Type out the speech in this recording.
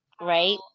right